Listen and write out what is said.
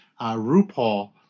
RuPaul